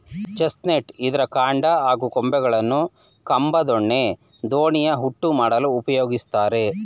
chestnut ಇದ್ರ ಕಾಂಡ ಹಾಗೂ ಕೊಂಬೆಗಳನ್ನು ಕಂಬ ದೊಣ್ಣೆ ದೋಣಿಯ ಹುಟ್ಟು ಮಾಡಲು ಉಪಯೋಗಿಸ್ತಾರೆ